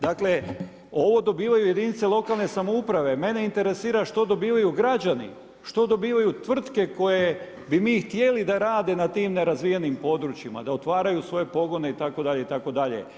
Dakle ovo dobivaju jedinice lokalne samouprave, mene interesira što dobivaju građani, što dobivaju tvrtke koje bi mi htjeli da rade na tim nerazvijenim područjima, da otvaraju svoje pogone itd., itd.